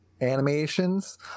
animations